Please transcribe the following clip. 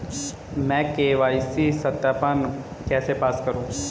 मैं के.वाई.सी सत्यापन कैसे पास करूँ?